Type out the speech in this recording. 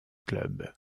club